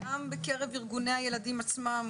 גם בקרב ארגוני הילדים עצמם,